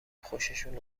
خوششون